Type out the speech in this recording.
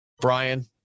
brian